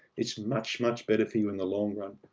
it's much, much better for you in the long run.